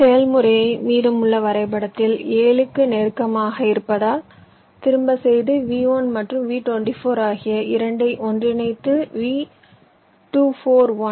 இந்த செயல்முறையை மீதமுள்ள வரைபடத்தில் 7க்கு நெருக்கமாக இருப்பதால் திரும்ப செய்து V1 மற்றும் V24 ஆகிய 2 ஐ ஒன்றிணைத்து V241 ஐப் பெறுகிறோம்